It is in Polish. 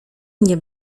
nie